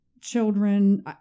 children